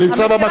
זה נמצא במכולת.